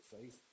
faith